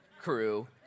crew